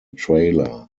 trailer